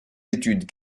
études